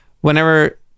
whenever